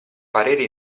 parere